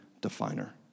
definer